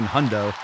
Hundo